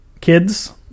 kids